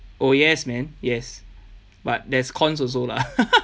oh yes man yes but there's cons also lah